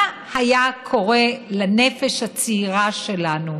מה היה קורה לנפש הצעירה שלנו?